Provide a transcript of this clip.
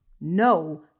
no